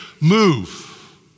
move